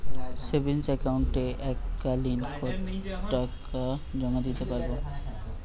Savings একাউন্টে এক কালিন কতটাকা জমা দিতে পারব?